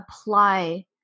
apply